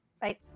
Bye